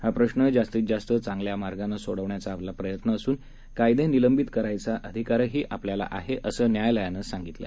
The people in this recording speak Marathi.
हा प्रश्न जास्तीत जास्त चांगल्या मार्गानं सोडवण्याचा आपला प्रयत्न असून कायदे निलंबित करण्याचा अधिकारही आपल्याला आहे असं न्यायालयानं सांगितलं